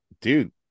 dude